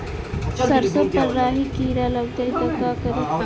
सरसो पर राही किरा लाग जाई त का करी?